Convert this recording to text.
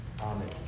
Amen